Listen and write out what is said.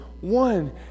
one